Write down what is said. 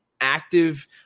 active